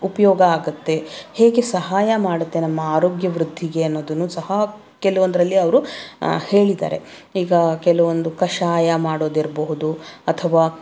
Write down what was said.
ಉಪಯೋಗ ಆಗುತ್ತೆ ಹೇಗೆ ಸಹಾಯ ಮಾಡುತ್ತೆ ನಮ್ಮ ಆರೋಗ್ಯವೃದ್ಧಿಗೆ ಅನ್ನೋದನ್ನು ಸಹ ಕೆಲವೊಂದರಲ್ಲಿ ಅವರು ಹೇಳಿದ್ದಾರೆ ಈಗ ಕೆಲವೊಂದು ಕಷಾಯ ಮಾಡೋದು ಇರಬಹುದು ಅಥವಾ